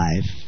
life